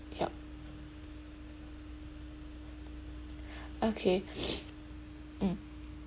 yup okay mm